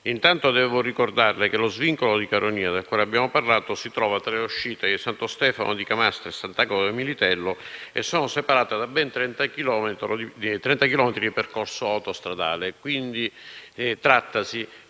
Intanto devo ricordarle che lo svincolo di Caronia, di cui abbiamo parlato, si trova tra le uscite di Santo Stefano di Camastra e Sant'Agata di Militello, che sono separate da ben 30 chilometri di percorso autostradale.